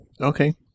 Okay